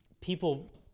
people